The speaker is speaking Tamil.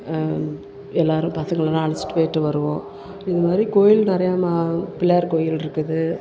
எல்லோரும் பசங்களெலாம் அழைச்சிட்டு போயிட்டு வருவோம் இது மாதிரி கோயில் நிறையா ம பிள்ளையார் கோயில் இருக்குது